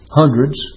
hundreds